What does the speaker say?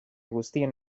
guztien